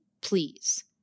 please